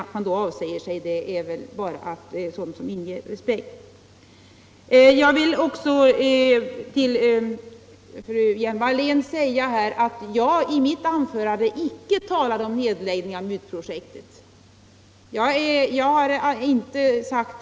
Att man .då avsäger sig uppdraget är väl bara något som inger respekt. Till fru Hjelm-Wallén vill jag också säga att jag i mitt anförande icke talade om nedläggning av MUT-projektet.